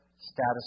status